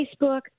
Facebook